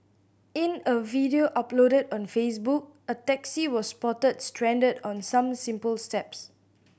in a video uploaded on Facebook a taxi was spotted stranded on some simple steps